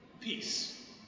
Peace